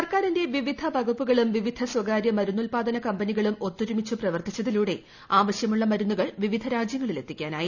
സർക്കാരിന്റെ വിവിധൃപ്പ്കുപ്പുകളും വിവിധ സ്വകാര്യ മരുന്നുത്പാദന കമ്പനികളു്ട് ്ടുത്തൊരുമിച്ച് പ്രവർത്തിച്ചതിലൂടെ ആവശ്യമുള്ളൂ് മരുന്നുകൾ വിവിധ രാജ്യങ്ങളിലെത്തിക്കാനായി